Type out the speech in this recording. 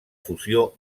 fusió